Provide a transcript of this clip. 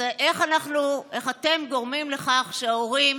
אז איך אנחנו, איך אתם, גורמים לכך שההורים